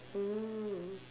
mm